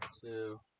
two